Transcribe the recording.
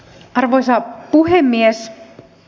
arvoisa puhemies